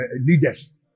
leaders